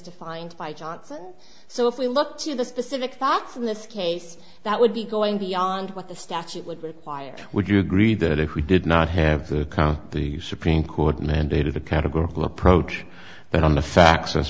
defined by johnson so if we look to the specific box in this case that would be going beyond what the statute would require would you agree that if we did not have the supreme court mandated a categorical approach that on the fa